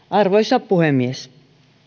arvoisa puhemies